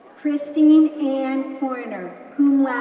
christine ann koerner,